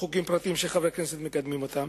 או חוקים פרטיים שחברי כנסת מקדמים אותם,